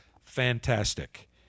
fantastic